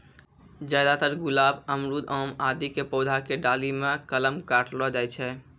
ज्यादातर गुलाब, अमरूद, आम आदि के पौधा के डाली मॅ कलम काटलो जाय छै